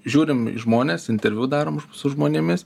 žiūrim į žmones interviu darom su žmonėmis